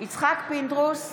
יצחק פינדרוס,